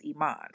Iman